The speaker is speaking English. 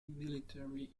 military